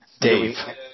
Dave